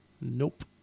Nope